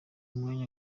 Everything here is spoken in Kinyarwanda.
umwanya